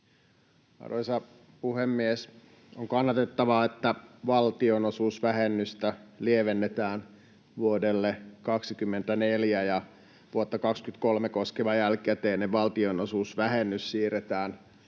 Arvoisa puhemies! On kannatettavaa, että valtionosuusvähennystä lievennetään vuodelle 24 ja vuotta 23 koskeva jälkikäteinen valtionosuusvähennys siirretään